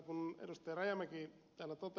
kun ed